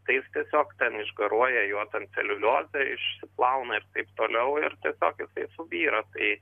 tai jis tiesiog ten išgaruoja jo ten celiuliozė išsiplauna ir taip toliau ir tiesiog jisai subyra tai